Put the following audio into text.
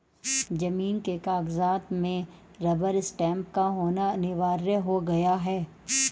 जमीन के कागजात में रबर स्टैंप का होना अनिवार्य हो गया है